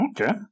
Okay